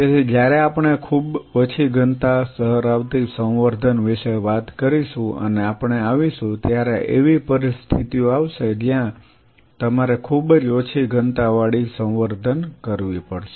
તેથી જ્યારે આપણે ખૂબ ઓછી ઘનતા ધરાવતી સંવર્ધન વિશે વાત કરીશું અને આપણે આવીશું ત્યારે એવી પરિસ્થિતિઓ આવશે જ્યાં તમારે ખૂબ જ ઓછી ઘનતાવાળી સંવર્ધન કરવી પડશે